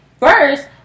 First